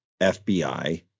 FBI